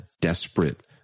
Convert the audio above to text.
desperate